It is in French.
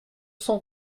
cent